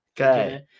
Okay